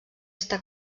està